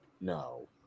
no